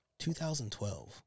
2012